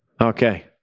Okay